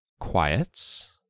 quiets